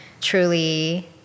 truly